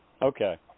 Okay